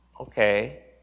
okay